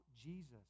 Jesus